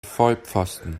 vollpfosten